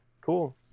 Cool